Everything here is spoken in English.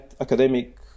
academic